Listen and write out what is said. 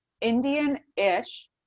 Indian-ish